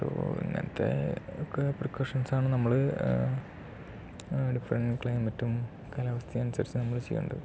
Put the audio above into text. so ഇങ്ങനെത്തെ ഒക്കെ പ്രികോഷൻസാണ് നമ്മൾ ഡിഫറെന്റ് ക്ലൈമറ്റും കാലാവസ്ഥയും അനുസരിച്ച് നമ്മൾ ചെയ്യേണ്ടത്